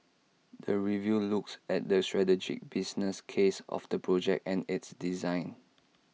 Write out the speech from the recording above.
the review looks at the strategic business case of the project and its design